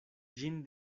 ĝin